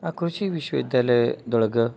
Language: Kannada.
ಆ ಕೃಷಿ ವಿಶ್ವ ವಿದ್ಯಾಲಯದೊಳಗ